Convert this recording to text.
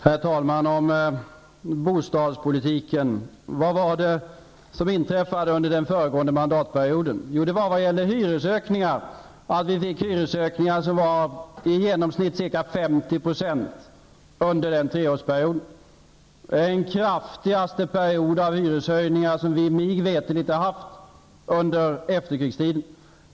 Herr talman! Vad inträffade på bostadspolitikens område under den föregående mandatperioden? Jo, vi fick under den treårsperioden hyreshöjningar på i genomsnitt 50 %. Under denna period inträffade således de kraftigaste hyreshöjningar som Sverige mig veterligt har haft under efterkrigstiden.